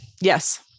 Yes